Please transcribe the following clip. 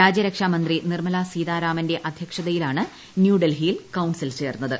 രാജ്യരക്ഷാമന്ത്രി നിർമ്മലാസീതാരാമന്റെ അദ്ധ്യക്ഷതയിലാണ് ന്യൂഡൽഹിയിൽ കൌൺസിൽ ചേർന്നത്